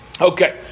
Okay